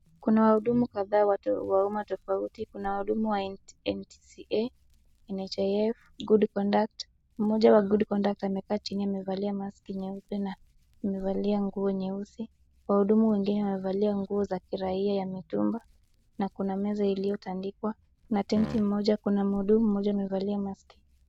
Kuna wahudumu kadhaa wa umma tofauti kuna wahudumu wa NTSA ,NHF, Good Conduct . Mmoja wa good conduct amekaa chini amevalia mask nyeupe na amevalia nguo nyeusi . Wahudumu wengine wamevalia nguo za kiraia ya mitumba na kuna meza iliotandikwa na tenti moja kuna mhudumu mmoja amevalia mask